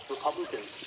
Republicans